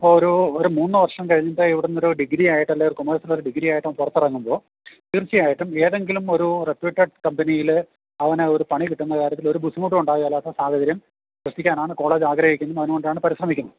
അപ്പോൾ ഒരു ഒരു മൂന്ന് വർഷം കഴിഞ്ഞിട്ട് ഇവിടുന്നൊരു ഡിഗ്രി ആയിട്ട് അല്ലേൽ കൊമേഴ്സിൽ ഒരു ഡിഗ്രി ആയിട്ട് അവൻ പുറത്ത് ഇറങ്ങുമ്പോൾ തീർച്ചയായിട്ടും ഏതെങ്കിലും ഒരു റെപ്യൂട്ടഡ് കമ്പനിയിൽ അവന് ഒരു പണി കിട്ടുന്ന കാര്യത്തിൽ ഒരു ബുദ്ധിമുട്ടും ഉണ്ടാകില്ലാത്ത സാഹചര്യം സൃഷ്ടിക്കാനാണ് കോളേജ് ആഗ്രഹിക്കുന്നതും അതിനു വേണ്ടിയാണ് പരിശ്രമിക്കുന്നത്